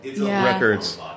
records